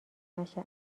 نشه